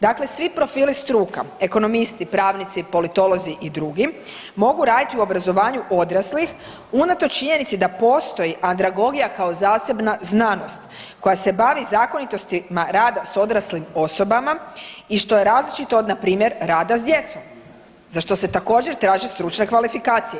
Dakle, svi profili struka, ekonomisti, pravnici, politolozi i drugi mogu raditi u obrazovanju odraslih unatoč činjenici da postoji andragogija kao zasebna znanost koja se bavi zakonitostima rada odraslim osobama i što je različno od npr. rada s djecom za što se također traže stručne kvalifikacije.